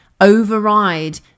Override